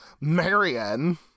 Marion